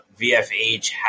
VFH